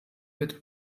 wird